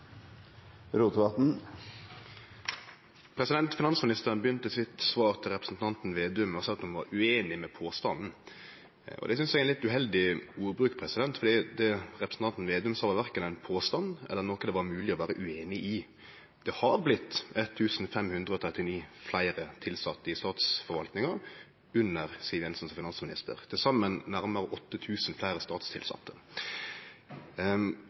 til oppfølgingsspørsmål. Finansministeren begynte svaret sitt til representanten Slagsvold Vedum med å seie at ho var ueinig i påstanden. Det synest eg er ein litt uheldig ordbruk, for representanten Slagsvold Vedum kom ikkje med nokon påstand eller noko det var mogleg å vere ueinig i. Det har vorte 1 539 fleire tilsette i statsforvaltninga under Siv Jensen som finansminister, til saman nærmare 8 000 fleire statstilsette.